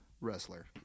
wrestler